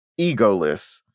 egoless